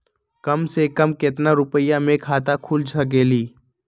कम से कम केतना रुपया में खाता खुल सकेली?